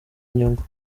inyungu